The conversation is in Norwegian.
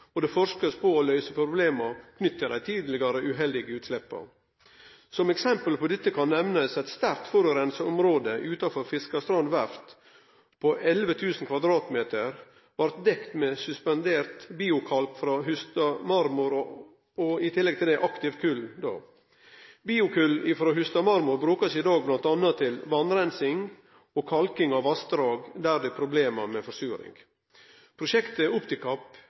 og det blir forska for å løyse problema knytte til dei tidlegare uheldige utsleppa. Som eksempel på dette kan nemnast at eit sterkt forureina område utafor Fiskerstrand Verft, på 11 000 m2, blei dekt med suspendert biokalk frå Hustadmarmor og i tillegg med aktivt kol. Biokol frå Hustadmarmor blir i dag brukt bl.a. til vassreinsing og kalking av vassdrag, der det er problem med forsuring. Prosjektet OPTICAP er